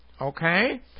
Okay